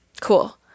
cool